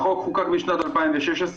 החוק חוקק בשנת 2016,